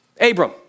Abram